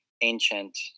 ancient